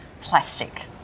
plastic